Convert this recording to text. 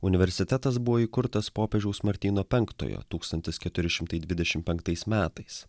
universitetas buvo įkurtas popiežiaus martyno penktojo tūkstantis keturi šimtai dvidešim penktais metais